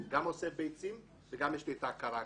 גם עושה ביצים וגם יש לי את ההכרה האקדמית.